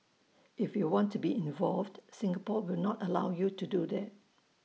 if you want to be involved Singapore will not allow you to do that